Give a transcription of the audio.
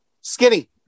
skinny